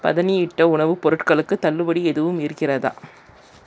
பதனியிட்ட உணவுப் பொருட்களுக்கு தள்ளுபடி எதுவும் இருக்கிறதா